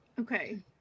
Okay